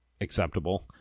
acceptable